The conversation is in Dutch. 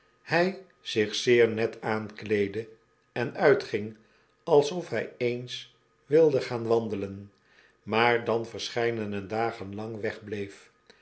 hij zich zeer net aankleedde en uitging alsof hij eens wilde gaan wandelen maar dan verscheidene dagen lang wegbleef